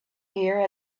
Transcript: here